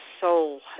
soul